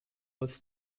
was